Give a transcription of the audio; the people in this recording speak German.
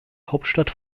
hauptstadt